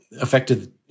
affected